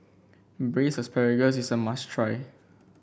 Braised Asparagus is a must try